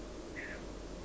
then how